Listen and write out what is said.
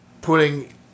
putting